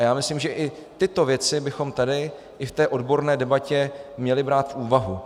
A já si myslím, že i tyto věci bychom tady i v té odborné debatě měli brát v úvahu.